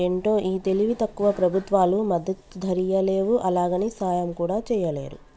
ఏంటో ఈ తెలివి తక్కువ ప్రభుత్వాలు మద్దతు ధరియ్యలేవు, అలాగని సాయం కూడా చెయ్యలేరు